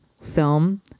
film